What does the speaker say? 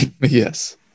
Yes